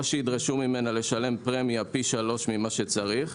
או שידרשו ממנה לשלם פרמיה פי שלושה ממה שצריך,